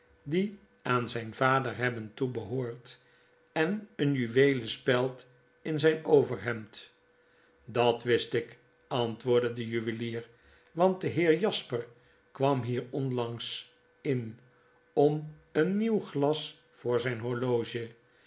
die aan zgn vader hebben toebehoord en een juweelen speld in zgn overhemd dat wist ik antwoordde de juwelier want de heer jasper kwam hier onlangs in om een nieuw glas voor zjjn horloge